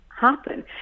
happen